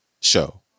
Show